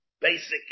basic